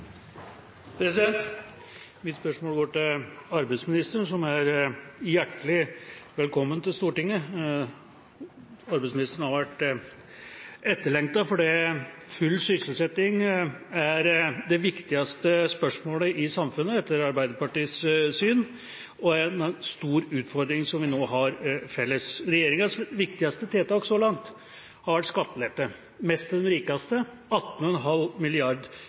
Mitt spørsmål går til arbeidsministeren, som er hjertelig velkommen til Stortinget. Arbeidsministeren har vært etterlengtet, fordi full sysselsetting er det viktigste spørsmålet i samfunnet – etter Arbeiderpartiets syn – og en stor utfordring, som vi nå har felles. Regjeringas viktigste tiltak så langt har vært skattelette, mest til de rikeste, 18,5